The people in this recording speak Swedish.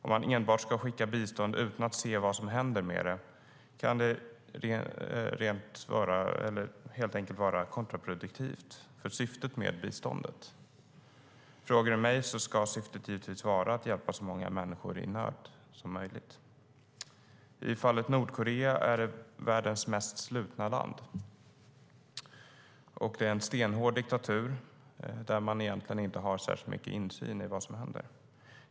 Att enbart skicka bistånd utan att se vad som händer med det kan helt enkelt vara kontraproduktivt för syftet med biståndet. Frågar du mig ska syftet givetvis vara att hjälpa så många människor i nöd som möjligt. Nordkorea är världens mest slutna land. Det är en stenhård diktatur där man egentligen inte har särskilt mycket insyn i vad som händer.